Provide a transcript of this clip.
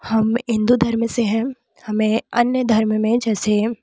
हम हिंदू धर्म से हैं हमें अन्य धर्म में जैसे